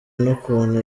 n’ukuntu